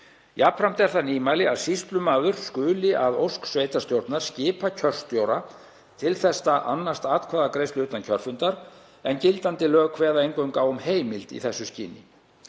Jafnframt er það nýmæli að sýslumaður skuli að ósk sveitarstjórnar skipa kjörstjóra til þess að annast atkvæðagreiðslu utan kjörfundar en gildandi lög kveða eingöngu á um heimild í þessu skyni.